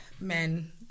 men